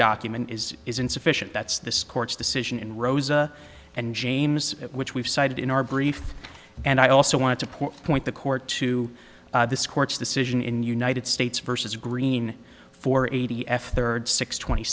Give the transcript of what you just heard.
document is is insufficient that's this court's decision in rosa and james which we've cited in our brief and i also want to point point the court to this court's decision in united states versus green four a t f third six twenty